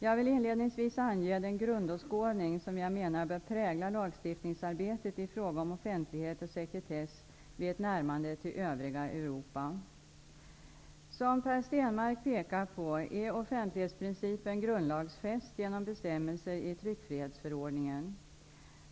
Jag vill inledningsvis ange den grundåskådning som jag menar bör prägla lagstiftningsarbetet i fråga om offentlighet och sekretess vid ett närmande till övriga Europa. Som Per Stenmarck pekar på är offentlighetsprincipen grundlagsfäst genom bestämmelser i tryckfrihetsförordningen.